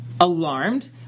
alarmed